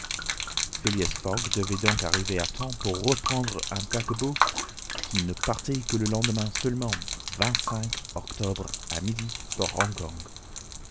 fogg devait donc arriver à temps pour prendre un paquebot qui ne partait que le lendemain seulement octobre à midi